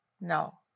No